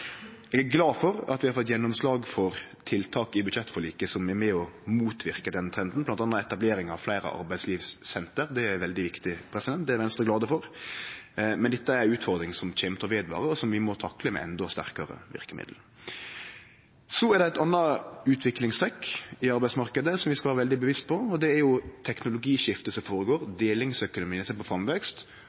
Eg er glad for at vi har fått gjennomslag for tiltak i budsjettforliket som er med på å motverke denne trenden, bl.a. etablering av fleire arbeidslivssenter. Det er veldig viktig, det er Venstre glad for, men dette er ei utfording som kjem til å vare ved, og som vi må takle med endå sterkare verkemiddel. Så er det eit anna utviklingstrekk i arbeidsmarknaden som vi skal vere veldig bevisste på, og det er teknologiskiftet som går føre seg, delingsøkonomien som er på framvekst,